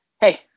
hey